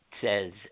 says